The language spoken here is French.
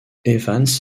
evans